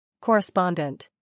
Correspondent